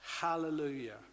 Hallelujah